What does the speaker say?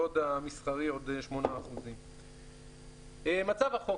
והמסחרי עוד 8%. מצב החוק